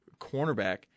cornerback